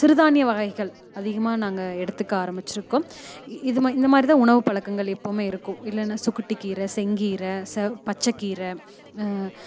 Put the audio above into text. சிறுதானிய வகைகள் அதிகமாக நாங்கள் எடுத்துக்க ஆரமிச்சுருக்கோம் இது மாதிரி இந்த மாதிரி தான் உணவு பழக்கங்கள் எப்போவுமே இருக்கும் இல்லைன்னா சுக்குட்டி கீரை செங்கீரைக சிகப் பச்சை கீரை